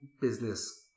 business